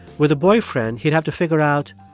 with a boyfriend, he'd have to figure out,